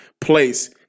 place